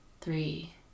three